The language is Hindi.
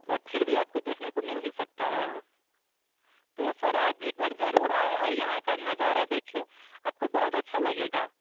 बट फिर भी आप को देखने को मिल ही सकता है यहाँ तो सर आप एक बार ज़रूर आएं और यहाँ का नज़ारा देखें आप को बहुत अच्छा लगेगा